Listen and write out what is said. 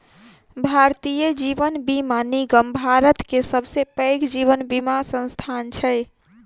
भारतीय जीवन बीमा निगम भारत के सबसे पैघ जीवन बीमा संस्थान छै